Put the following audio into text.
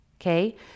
okay